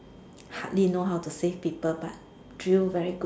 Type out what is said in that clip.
hardly know how to save people but drill very good